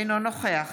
אינו נוכח